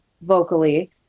vocally